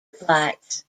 flights